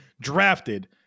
drafted